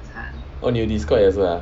orh 你有 Discord 也是 ah